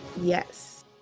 Yes